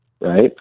right